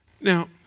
Now